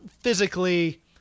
physically